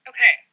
Okay